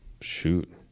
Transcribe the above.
Shoot